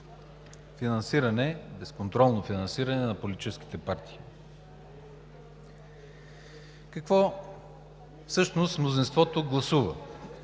финансиране – безконтролно финансиране на политическите партии. Какво всъщност мнозинството гласува